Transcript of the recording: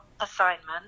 assignment